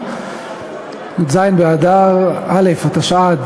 דוד אזולאי ואברהם מיכאלי.